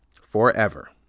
Forever